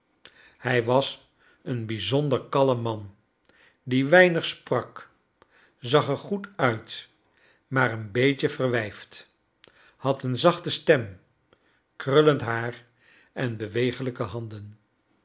hij was een bijzonder kalm man die weinig sprak zag er goed uit maar een beetje verwijfd had een zachte stem kruilend haar en bewegelijke handen